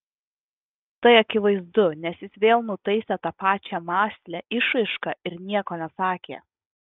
tai akivaizdu nes jis vėl nutaisė tą pačią mąslią išraišką ir nieko nesakė